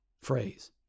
phrase